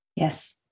Yes